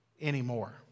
anymore